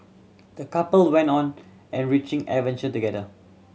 the couple went on enriching adventure together